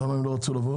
למה הם לא רצו לבוא?